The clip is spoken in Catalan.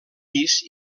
pis